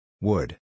Wood